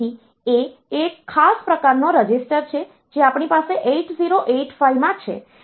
તેથી A એ એક ખાસ રજીસ્ટર છે જે આપણી પાસે 8085 માં છે જે એક્યુમ્યુલેટર છે